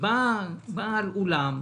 בעל אולם אומר: